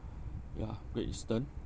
ya great eastern